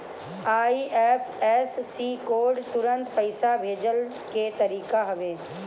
IFSC code तुरंत पईसा भेजला के तरीका हवे